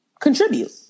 contribute